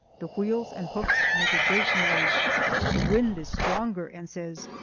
the wheels and hoofs make a great noise the wind is stronger, and says,